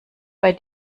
bei